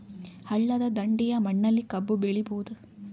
ಹಳ್ಳದ ದಂಡೆಯ ಮಣ್ಣಲ್ಲಿ ಕಬ್ಬು ಬೆಳಿಬೋದ?